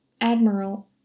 admiral